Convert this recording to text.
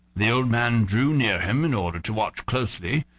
the old man drew near him in order to watch closely,